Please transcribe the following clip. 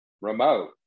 remote